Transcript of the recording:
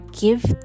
Give